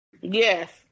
Yes